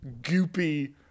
goopy